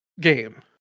game